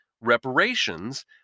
reparations